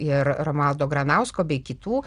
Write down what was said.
ir romualdo granausko bei kitų